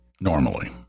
normally